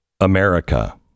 America